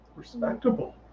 Respectable